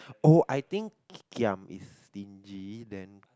oh I think giam is stingy then